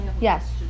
Yes